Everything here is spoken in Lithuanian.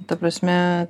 ta prasme